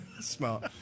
Smart